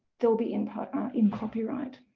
they'll be in part um in copyright.